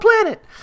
planet